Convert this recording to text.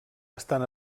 estan